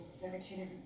dedicated